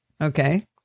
Okay